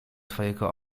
twojego